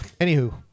anywho